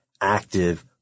active